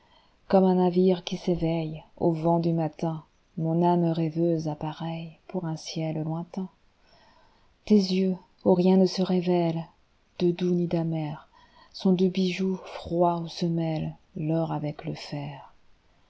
comme un navire qui s'éveille au vent du matin mon âme rêveuse appareille pour un ciel lointain tes yeux où rien ne se révèle de doux ni d'amer sont deux bijoux froids où se mêle l'or avec le fer